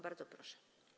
Bardzo proszę.